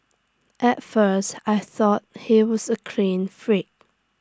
at first I thought he was A clean freak